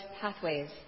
pathways